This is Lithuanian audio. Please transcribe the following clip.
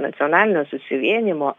nacionalinio susivienijimo